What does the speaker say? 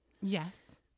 yes